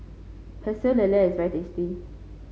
Pecel Lele is very tasty